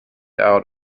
out